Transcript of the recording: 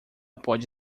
pode